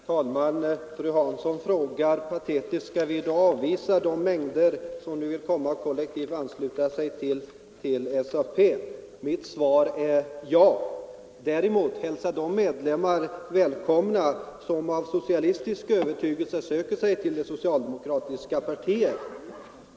Herr talman! Fru Hansson frågar patetiskt: ” Skall vi då avvisa de mängder som vill kollektivt ansluta sig till SAP?” Mitt svar är ja. Däremot — hälsa de medlemmar välkomna som av socialistisk övertygelse söker sig till det socialdemokratiska partiet!